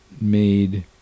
made